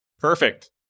Perfect